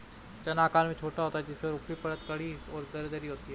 चना आकार में छोटा होता है जिसकी ऊपरी परत कड़ी और दरदरी होती है